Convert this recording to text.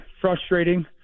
frustrating